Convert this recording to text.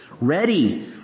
ready